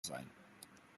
sein